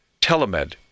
Telemed